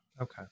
Okay